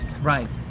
Right